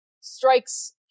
strikes